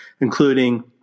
including